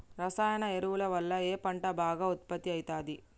రసాయన ఎరువుల వల్ల ఏ పంట బాగా ఉత్పత్తి అయితది?